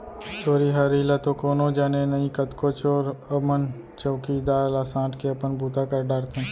चोरी हारी ल तो कोनो जाने नई, कतको चोर मन चउकीदार ला सांट के अपन बूता कर डारथें